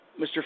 Mr